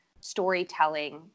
storytelling